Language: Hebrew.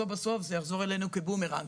בסוף בסוף זה יחזור אלינו כבומרנג.